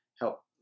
help